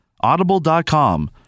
Audible.com